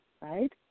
right